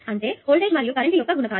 అంటే వోల్టేజ్ మరియు కరెంట్ యొక్క గుణకారం